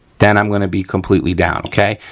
then i'm gonna be completely down, okay.